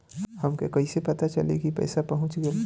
हमके कईसे पता चली कि पैसा पहुच गेल?